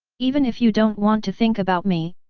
even if you don't want to think about me,